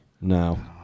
No